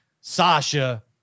Sasha